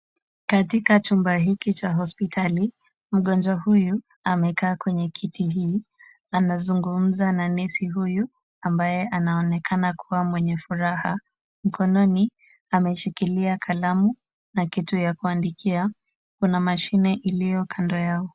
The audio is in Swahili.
Katika chumba hiki cha hospitali, mgonjwa huyu amekaa kwenye kiti hii. Anazungumza na nesi huyu, ambaye anaonekana kuwa mwenye furaha. Mkononi ameshikilia kalamu na kitu ya kuandikia. Kuna mashine iliyo kando yao.